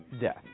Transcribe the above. death